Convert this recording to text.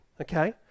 okay